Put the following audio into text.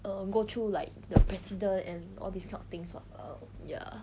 err go through like the president and all this kind of things [what] ya